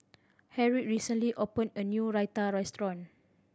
Harriett recently opened a new Raita restaurant